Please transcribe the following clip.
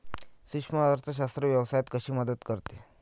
सूक्ष्म अर्थशास्त्र व्यवसायात कशी मदत करते?